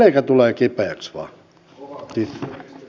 selkä tulee vain kipeäksi